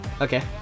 Okay